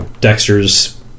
Dexter's